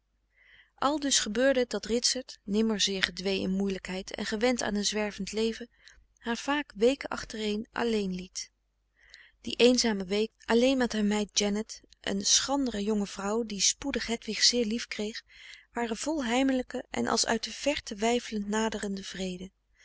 aldus gebeurde het dat ritsert nimmer zeer gedwee in moeilijkheid en gewend aan een zwervend leven haar vaak weken achtereen alleen liet die eenzame weken alleen met haar meid janet een schrandere jonge vrouw die spoedig hedwig zeer liefkreeg waren vol heimelijke en als uit de verte weifelend naderende vrede